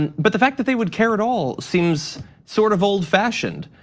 and but the fact that they would care at all seems sort of old-fashioned.